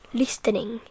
listening